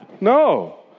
No